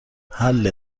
حله